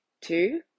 Two